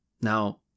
Now